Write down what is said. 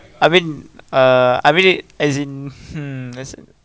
I mean uh I mean it as in hmm as